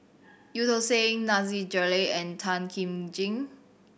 Eu Tong Sen Nasir Jalil and Tan Kim Ching